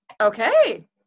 Okay